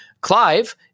Clive